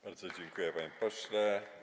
Bardzo dziękuję, panie pośle.